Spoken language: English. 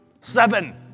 Seven